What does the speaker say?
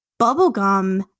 Bubblegum